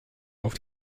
auf